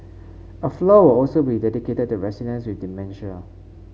a floor will also be dedicated to residents with dementia